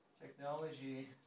technology